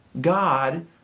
God